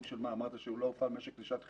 אמרת שלא הופעל משק לשעת חירום.